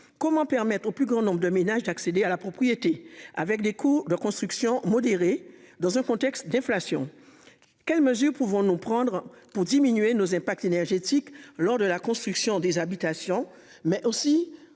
Comment permettre au plus grand nombre de ménages d'accéder à la propriété avec des coûts de construction. Dans un contexte d'inflation. Quelles mesures, pouvons-nous prendre pour diminuer nos impacts énergétiques lors de la construction des habitations mais aussi